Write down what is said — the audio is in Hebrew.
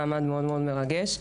מעמד מרגש מאוד.